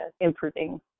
improving